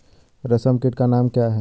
रेशम कीट का नाम क्या है?